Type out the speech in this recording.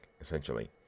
essentially